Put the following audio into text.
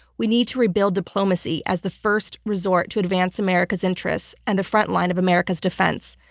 we need to rebuild diplomacy as the first resort to advance america's interests and the frontline of america's defense.